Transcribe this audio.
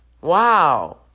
Wow